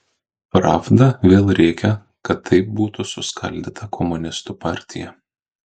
pravda vėl rėkia kad taip būtų suskaldyta komunistų partija